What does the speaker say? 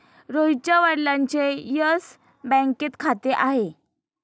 रोहितच्या वडिलांचे येस बँकेत खाते आहे